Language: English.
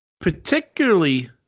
particularly